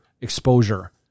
exposure